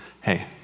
hey